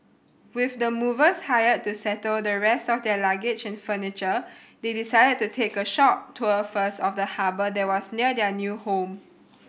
with the movers hired to settle the rest of their luggage and furniture they decided to take a short tour first of the harbour that was near their new home